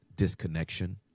disconnection